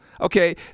Okay